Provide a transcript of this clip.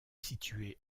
situé